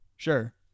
sure